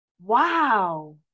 Wow